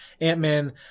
Ant-Man